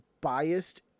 biased